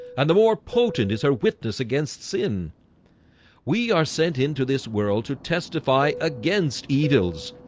and the more potent is her witness against sin we are sent into this world to testify against evils